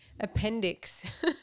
appendix